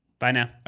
bye now.